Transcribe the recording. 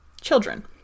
Children